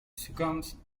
succumbs